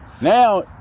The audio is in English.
Now